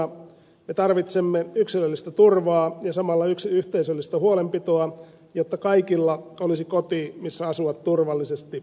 me tarvitsemme yksilöllistä turvaa ja samalla yhteisöllistä huolenpitoa jotta kaikilla olisi koti missä asua turvallisesti